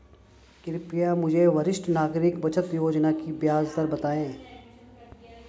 कृपया मुझे वरिष्ठ नागरिक बचत योजना की ब्याज दर बताएं